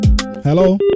Hello